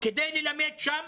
כדי ללמד שם